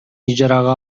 ижарага